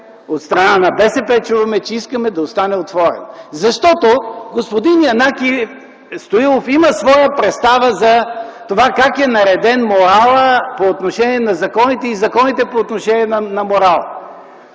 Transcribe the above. От страна на БСП чуваме, че искаме този прозорец да остане отворен. Господин Янаки Стоилов има своя представа за това как е нареден моралът по отношение на законите и законите по отношение на морала.